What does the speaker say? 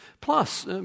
Plus